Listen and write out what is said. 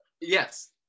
Yes